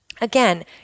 Again